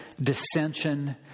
dissension